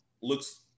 looks